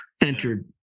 entered